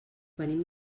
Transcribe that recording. venim